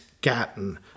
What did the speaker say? Gatton